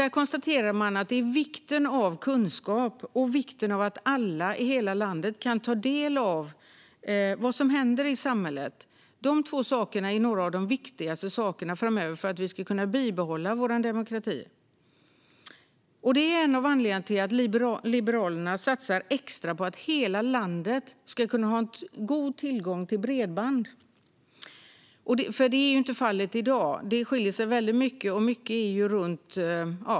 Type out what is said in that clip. Där konstaterade man att vikten av kunskap och att alla i hela landet kan ta del av vad som händer i samhället är några av de viktigaste sakerna för att vi ska kunna bibehålla vår demokrati. Det är en av anledningarna till att Liberalerna satsar extra på att hela landet ska ha god tillgång till bredband, vilket inte är fallet i dag. Det skiljer sig väldigt mycket åt.